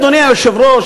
אדוני היושב-ראש,